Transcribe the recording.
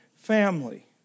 Family